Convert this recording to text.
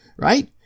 Right